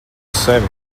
sevi